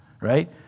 right